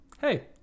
hey